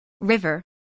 river